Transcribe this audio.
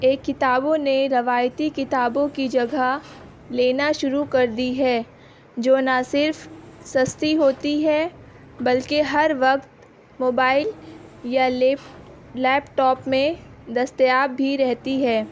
ای کتابوں نے روایتی کتابوں کی جگہ لینا شروع کر دی ہے جو نہ صرف سستی ہوتی ہے بلکہ ہر وقت موبائل یا لیپ لیپ ٹاپ میں دستیاب بھی رہتی ہے